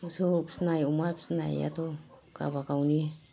मोसौ फिनाय अमा फिनायाथ' गाबा गावनि